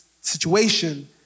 situation